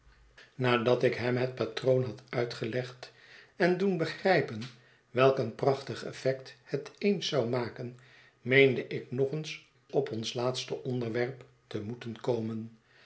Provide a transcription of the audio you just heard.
nadat ik hem het patroon had uitgelegd en doen begrijpen welk een prachtig effect het eens zou maken meende ik ng eens op ons laatste onderwerp te moeten komen